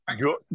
Good